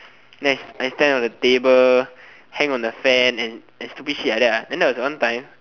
then I then I stand on the table hang on the fan and and stupid shit like that lah then there was one one time